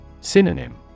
Synonym